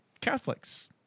Catholics